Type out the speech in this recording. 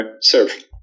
serve